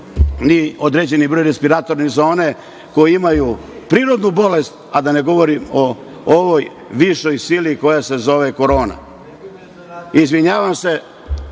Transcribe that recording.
ni određeni broj respiratorne zone koje imaju prirodnu bolest, a da ne govorim o ovoj višoj sili koja se zove